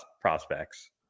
prospects